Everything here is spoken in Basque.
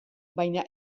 baina